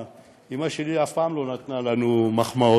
אימא שלי אף פעם לא נתנה לנו מחמאות.